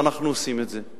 ואנחנו עושים את זה: